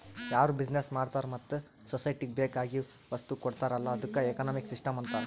ಯಾರು ಬಿಸಿನೆಸ್ ಮಾಡ್ತಾರ ಮತ್ತ ಸೊಸೈಟಿಗ ಬೇಕ್ ಆಗಿವ್ ವಸ್ತು ಕೊಡ್ತಾರ್ ಅಲ್ಲಾ ಅದ್ದುಕ ಎಕನಾಮಿಕ್ ಸಿಸ್ಟಂ ಅಂತಾರ್